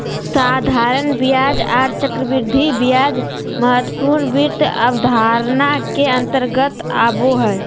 साधारण ब्याज आर चक्रवृद्धि ब्याज महत्वपूर्ण वित्त अवधारणा के अंतर्गत आबो हय